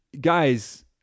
guys